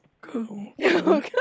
go